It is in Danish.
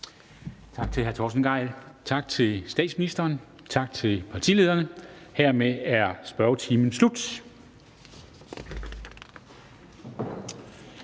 Tak til hr. Torsten Gejl. Tak til statsministeren. Tak til partilederne. Hermed er spørgetimen slut.